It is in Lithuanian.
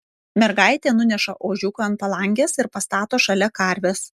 mergaitė nuneša ožiuką ant palangės ir pastato šalia karvės